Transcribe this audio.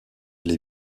les